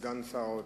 סגן שר האוצר,